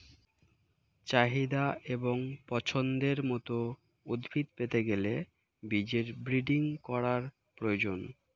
চাহিদা এবং পছন্দের মত উদ্ভিদ পেতে গেলে বীজের ব্রিডিং করার প্রয়োজন